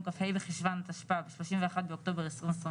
כ"ה בחשון התשפ"ב 31 באוקטובר 2021,